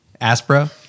Aspro